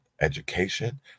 education